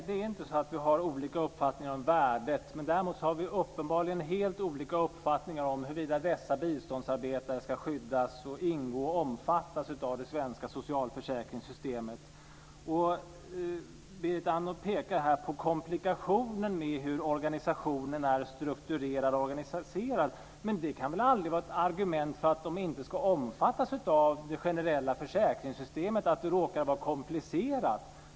Fru talman! Nej, vi har inte olika uppfattningar om värdet. Däremot har vi uppenbarligen helt olika uppfattningar om huruvida dessa biståndsarbetare ska skyddas av, ingå i och omfattas av det svenska socialförsäkringssystemet. Berit Andnor pekar på komplikationen med hur organisationen är strukturerad och organiserad. Det faktum att det råkar vara komplicerat kan väl aldrig vara ett argument för att den inte ska omfattas av det generella försäkringssystemet!